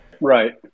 right